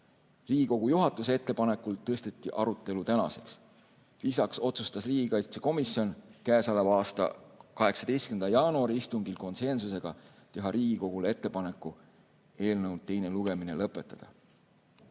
Riigikogu juhatuse ettepanekul tõsteti arutelu tänaseks. Lisaks otsustas riigikaitsekomisjon käesoleva aasta 18. jaanuari istungil konsensusega teha Riigikogule ettepanek eelnõu teine lugemine lõpetada.